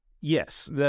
Yes